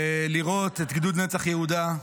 ולראות את גדוד נצח יהודה,